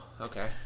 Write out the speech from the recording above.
okay